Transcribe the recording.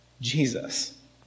Jesus